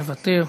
מוותר.